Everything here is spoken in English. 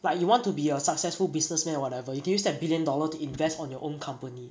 but you want to be a successful businessman or whatever you can use that billion dollar to invest on your own company